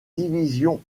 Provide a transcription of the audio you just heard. divisions